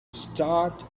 start